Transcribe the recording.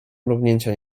mrugnięcia